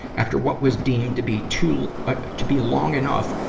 after what was deemed to be too to be long enough,